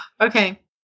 Okay